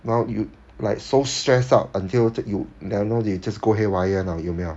know you like so stressed out until you I don't know just go haywire not 有没有